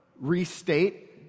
restate